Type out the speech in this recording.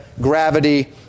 gravity